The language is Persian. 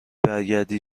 برگردی